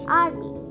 army